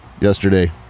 yesterday